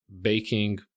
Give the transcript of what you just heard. baking